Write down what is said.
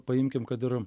paimkim kad ir